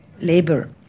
labor